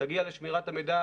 תגיע לשמירת המידע